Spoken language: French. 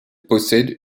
possède